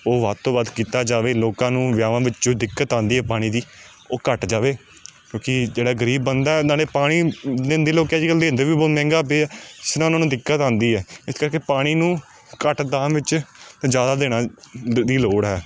ਉਹ ਵੱਧ ਤੋਂ ਵੱਧ ਕੀਤਾ ਜਾਵੇ ਲੋਕਾਂ ਨੂੰ ਵਿਆਹਾਂ ਵਿੱਚੋਂ ਦਿੱਕਤ ਆਉਂਦੀ ਹੈ ਪਾਣੀ ਦੀ ਉਹ ਘੱਟ ਜਾਵੇ ਕਿਉਂਕਿ ਜਿਹੜਾ ਗਰੀਬ ਬੰਦਾ ਉਹਨਾਂ ਨੇ ਪਾਣੀ ਅੱਜ ਕੱਲ੍ਹ ਦਿੰਦੇ ਵੀ ਬਹੁਤ ਮਹਿੰਗਾ ਪਏ ਆ ਇਸ ਤਰ੍ਹਾਂ ਉਹਨਾਂ ਨੂੰ ਦਿੱਕਤ ਆਉਂਦੀ ਹੈ ਇਸ ਕਰਕੇ ਪਾਣੀ ਨੂੰ ਘੱਟ ਦਾਮ ਵਿੱਚ ਅਤੇ ਜ਼ਿਆਦਾ ਦੇਣਾ ਦੀ ਲੋੜ ਹੈ